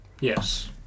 Yes